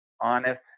Honest